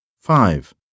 Five